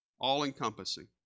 all-encompassing